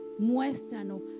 muéstranos